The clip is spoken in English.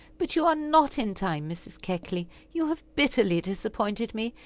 but you are not in time, mrs. keckley you have bitterly disappointed me.